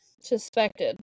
suspected